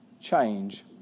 change